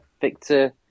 Victor